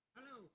Hello